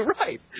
Right